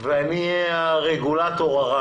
ואני אהיה הרגולטור הרע